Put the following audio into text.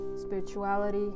spirituality